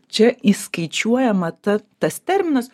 čia įskaičiuojama ta tas terminas